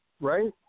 Right